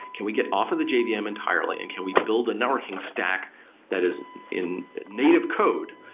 can we get off of the jvm yeah um entirely and can we build a networking stack that is in native code?